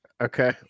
Okay